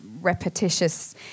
repetitious